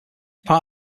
part